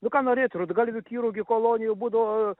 nu ką norėt rudgalvių kirų gi kolonijų būdavo